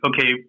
okay